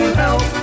help